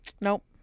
nope